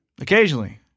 Occasionally